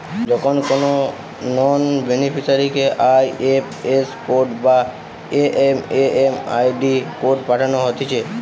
যখন কোনো নন বেনিফিসারিকে আই.এফ.এস কোড বা এম.এম.আই.ডি কোড পাঠানো হতিছে